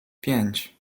pięć